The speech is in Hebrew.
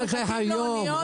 אנחנו מחכים לאוניות שיגיעו.